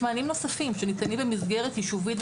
יש מענים נוספים שניתנים במסגרת יישובית,